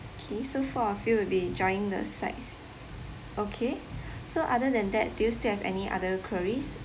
okay so four of you would be joining the sights okay so other than that do you still have any other queries